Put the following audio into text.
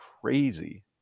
crazy